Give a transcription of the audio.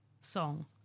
song